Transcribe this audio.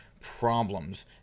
problems